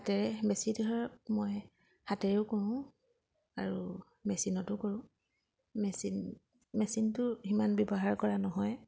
হাতেৰে বেছি ধৰক মই হাতেৰেও কৰোঁ আৰু মেচিনতো কৰোঁ মেচিন মেচিনটো সিমান ব্যৱহাৰ কৰা নহয়